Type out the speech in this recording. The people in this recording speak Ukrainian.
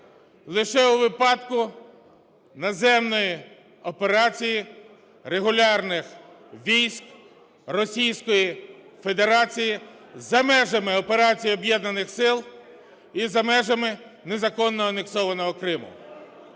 лише у випадку наземної операції регулярних військ Російської Федерації за межами операції Об'єднаних сил і за межами незаконно анексованого Криму.